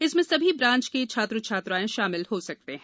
इसमें सभी ब्रांच के छात्र छात्राएँ शामिल हो सकते हैं